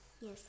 Yes